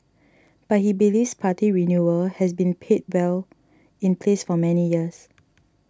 but he believes party renewal has been paid well in place for many years